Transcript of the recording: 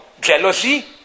jealousy